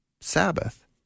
Sabbath